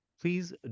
Please